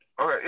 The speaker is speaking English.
Okay